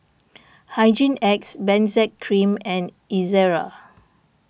Hygin X Benzac Cream and Ezerra